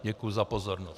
Děkuji za pozornost.